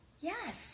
Yes